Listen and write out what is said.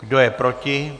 Kdo je proti?